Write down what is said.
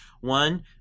One